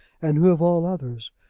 and who, of all others,